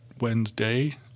Wednesday